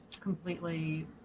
completely